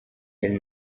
elle